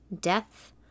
death